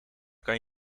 kan